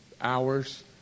hours